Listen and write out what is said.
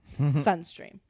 sunstream